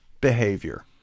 behavior